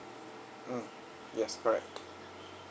uh yes correct